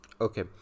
Okay